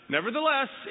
Nevertheless